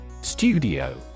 Studio